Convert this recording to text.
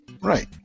Right